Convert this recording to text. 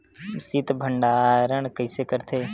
शीत भंडारण कइसे करथे?